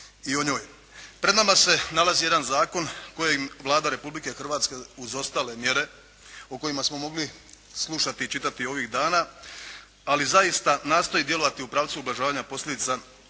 Pred nama se nalazi jedan zakon kojem Vlada Republike Hrvatske uz ostale mjere o kojima smo mogli slušati i čitati ovih dana, ali zaista nastoji djelovati u pravcu ublažavanja posljedica